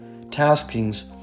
taskings